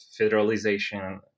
federalization